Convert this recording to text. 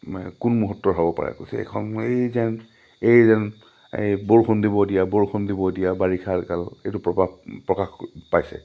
কোন মুহৰ্তৰ হ'ব পাৰে কৈছে এইখন এই যেন এই যেন এই বৰষুণ দিব এতিয়া বৰষুণ দিব এতিয়া বাৰিষা কাল এইটো প্ৰকাশ প্ৰকাশ পাইছে